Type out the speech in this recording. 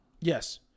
Yes